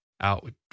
out